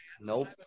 Nope